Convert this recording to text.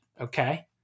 Okay